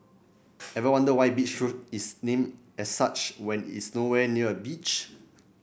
ever wonder why Beach Road is named as such when is nowhere near a beach